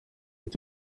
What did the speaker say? ati